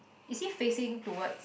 is he facing towards